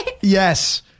yes